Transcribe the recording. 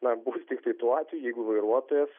na bus tiktai tuo atveju jeigu vairuotojas